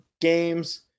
games